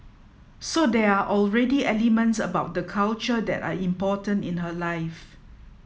so there are already elements about the culture that are important in her life